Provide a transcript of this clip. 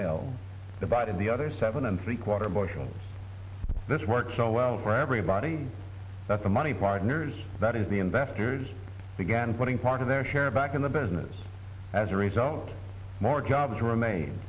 the other seven and three quarter bushels this work so well for everybody that the money partners that is the investors began putting part of their share back in the business as a result more jobs remain